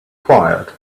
quiet